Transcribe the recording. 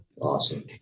awesome